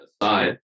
aside